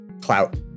Clout